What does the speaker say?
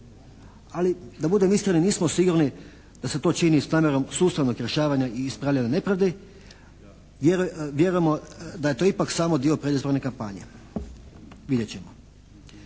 Ali da budem iskren, nismo sigurni da se to čini s namjerom sustavnog rješavanja i ispravljanja nepravde. Vjerujemo da je to ipak samo dio predizborne kampanje. Vidjet ćemo.